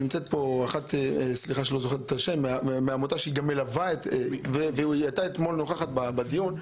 נמצא כאן מישהו מהעמותה שהיתה נוכחת אתמול בדיון.